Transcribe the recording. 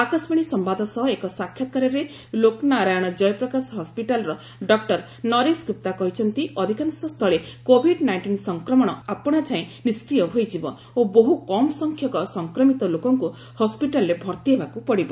ଆକାଶବାଣୀ ସମ୍ବାଦ ସହ ଏକ ସାକ୍ଷାତକାରରେ ଲୋକ ନାରାୟଣ ଜୟ ପ୍ରକାଶ ହସ୍କିଟାଲ୍ର ଡକୁର ନରେଶ ଗୁପ୍ତା କହିଛନ୍ତି ଅଧିକାଂଶ ସ୍ଥଳେ କୋଭିଡ୍ ନାଇଷ୍ଟିନ୍ ସଂକ୍ରମଣ ଆପଣାଛାଏଁ ନିଷ୍କ୍ରିୟ ହୋଇଯିବ ଓ ବହୁ କମ୍ ସଂଖ୍ୟକ ସଂକ୍ରମିତ ଲୋକଙ୍କୁ ହସ୍କିଟାଲ୍ରେ ଭର୍ତ୍ତି ହେବାକୁ ପଡ଼ିବ